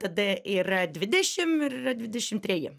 tada yra dvidešim ir yra dvidešim treji